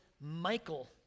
Michael